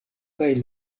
kaj